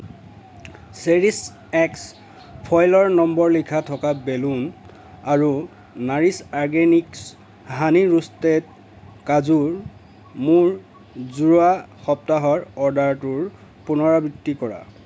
Cherish এক্স ফয়েলৰ নম্বৰ লিখা থকা বেলুন আৰু নাৰিছ অৰ্গেনিকছ হানি ৰোষ্টেড কাজুৰ মোৰ যোৱা সপ্তাহৰ অৰ্ডাৰটোৰ পুনৰাবৃত্তি কৰা